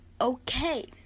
Okay